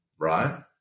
right